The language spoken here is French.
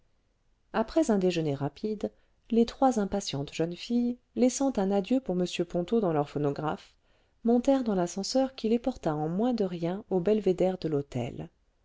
après un déjeuner rapide les trois impatientes jeunes filles laissant un adieu pour m ponto dans leur phonographe montèrent dans l'ascenseur qui les porta en moins de rien au belvédère de l'hôtel